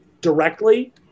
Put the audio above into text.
directly